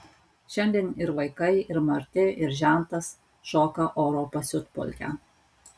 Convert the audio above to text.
šiandien ir vaikai ir marti ir žentas šoka oro pasiutpolkę